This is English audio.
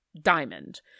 diamond